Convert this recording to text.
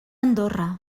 andorra